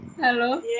hello